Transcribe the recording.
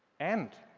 and,